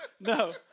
no